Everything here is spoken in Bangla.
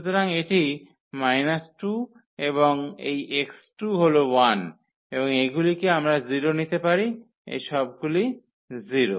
সুতরাং এটি −2 এবং এই x2 হল 1 এবং এগুলিকে আমরা 0 নিতে পারি এই সবগুলিই 0